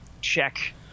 check